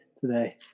today